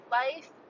life